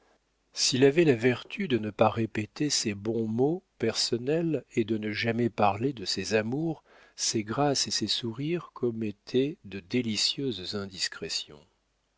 s'il avait la vertu de ne pas répéter ses bons mots personnels et de ne jamais parler de ses amours ses grâces et ses sourires commettaient de délicieuses indiscrétions